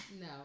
No